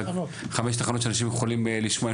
תחנות שאנשים יכולים לשמוע,